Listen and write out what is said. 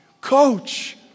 Coach